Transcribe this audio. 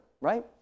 right